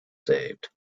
saved